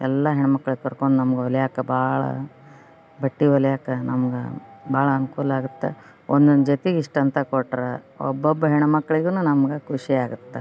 ಎಲ್ಲಾ ಹೆಣ್ಮಕ್ಳಿಗೆ ಕರ್ಕಂಡು ನಮ್ಗೆ ಹೊಲಿಯಾಕೆ ಭಾಳ ಬಟ್ಟೆ ಹೊಲಿಯಾಕ ನಮ್ಗೆ ಭಾಳ ಅನುಕೂಲ ಆಗತ್ತೆ ಒಂದೊಂದು ಜೊತಿಗೆ ಇಷ್ಟು ಅಂತ ಕೊಟ್ರ ಒಬ್ಬೊಬ್ಬ ಹೆಣ್ಮಕ್ಕಳಿಗೂನು ನಮ್ಗ ಖುಷಿ ಆಗತ್ತೆ